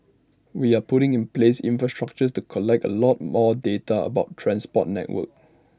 we are putting in place infrastructures to collect A lot more data about transport network